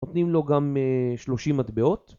נותנים לו גם 30 מטבעות